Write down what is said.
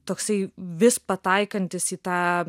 toksai vis pataikantis į tą